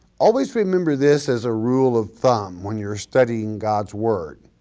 always remember this as a rule of thumb when you're studying god's word,